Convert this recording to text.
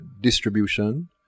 distribution